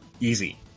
Easy